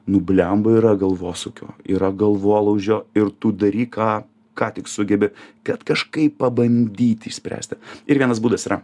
nu blemba yra galvosūkio yra galvuolaužio ir tu daryk ką ką tik sugebi kad kažkaip pabandyti išspręsti ir vienas būdas yra